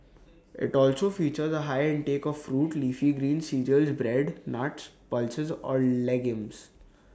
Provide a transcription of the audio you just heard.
IT also features A high intake of fruit leafy greens cereals bread nuts pulses or legumes